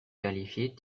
qualifiés